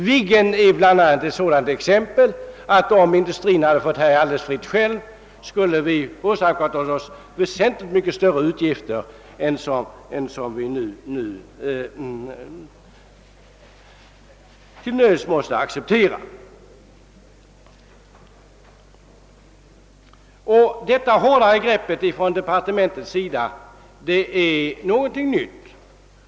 Viggen är bl.a. ett exempel på att om industrin hade fått härja fritt skulle vi ha åsamkats väsentligt större utgifter än de vi nu till nöds måste acceptera. Detta hårdare grepp från departementets sida är ingenting nytt.